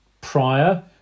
prior